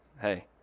Hey